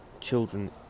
children